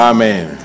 Amen